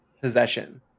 possession